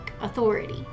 authority